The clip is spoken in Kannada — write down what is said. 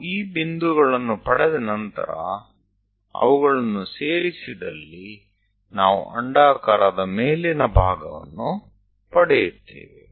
ನಾವು ಈ ಬಿಂದುಗಳನ್ನು ಪಡೆದ ನಂತರ ಅವುಗಳನ್ನು ಸೇರಿಸಿದಲ್ಲಿ ನಾವು ಅಂಡಾಕಾರದ ಮೇಲಿನ ಭಾಗವನ್ನು ಪಡೆಯುತ್ತೇವೆ